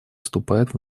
вступает